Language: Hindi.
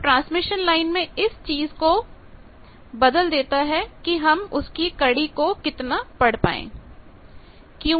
तो ट्रांसमिशन लाइन में इस चीज को बदल देता है कि हम उसकी कड़ी को कितना पढ़ पाएंगे